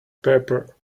pepper